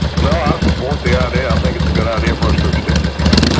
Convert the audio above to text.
no, i support the idea. i think it's a good idea for us to extend it. yeah.